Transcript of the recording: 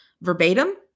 verbatim